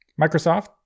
Microsoft